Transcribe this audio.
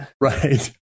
Right